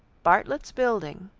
bartlett's building,